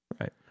Right